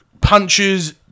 punches